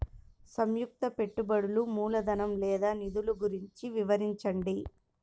సంయుక్త పెట్టుబడులు మూలధనం లేదా నిధులు గురించి వివరించండి?